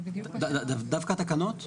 דווקא תקנות?